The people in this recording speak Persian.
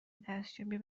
دستیابی